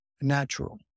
natural